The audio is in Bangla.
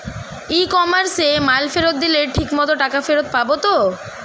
ই কমার্সে মাল ফেরত দিলে ঠিক মতো টাকা ফেরত পাব তো?